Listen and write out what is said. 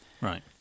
Right